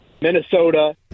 Minnesota